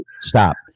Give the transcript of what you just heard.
stop